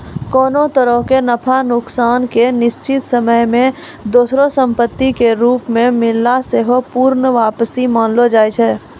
कोनो तरहो के नफा नुकसान के निश्चित समय मे दोसरो संपत्ति के रूपो मे मिलना सेहो पूर्ण वापसी मानलो जाय छै